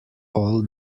all